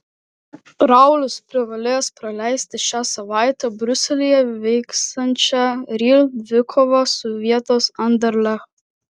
raulis privalės praleisti šią savaitę briuselyje vyksiančią real dvikovą su vietos anderlecht